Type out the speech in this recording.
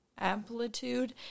amplitude